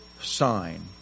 sign